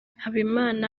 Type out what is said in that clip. habimana